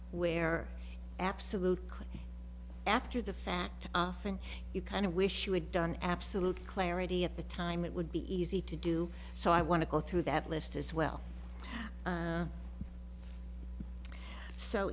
where absolute after the fact thing you kind of wish you had done absolute clarity at the time it would be easy to do so i want to go through that list as well